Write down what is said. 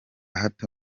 hato